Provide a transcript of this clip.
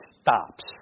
stops